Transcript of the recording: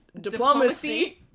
Diplomacy